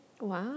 wow